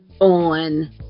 on